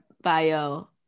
bio